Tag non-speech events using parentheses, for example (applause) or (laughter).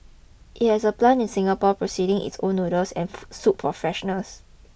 it has a plant in Singapore processing its own noodles and (unintelligible) soup for freshness